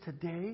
today